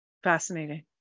Fascinating